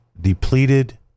depleted